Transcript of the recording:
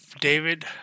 David